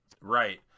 Right